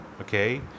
okay